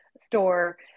store